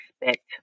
expect